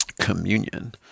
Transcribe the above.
communion